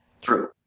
true